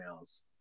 emails